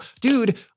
dude